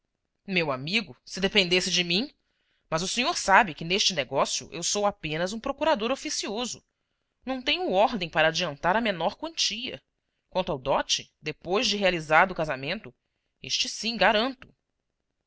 meu amigo se dependesse de mim mas o senhor sabe que neste negócio eu sou apenas um procurador oficioso não tenho ordem para adiantar a menor quantia quanto ao dote depois de realizado o casamento este sim garanto